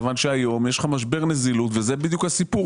מכיוון שהיום יש לך משבר נזילות וזה בדיוק הסיפור.